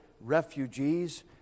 refugees